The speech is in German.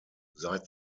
seit